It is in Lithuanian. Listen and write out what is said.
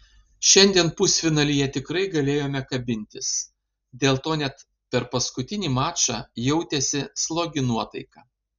šiandien pusfinalyje tikrai galėjome kabintis dėl to net per paskutinį mačą jautėsi slogi nuotaika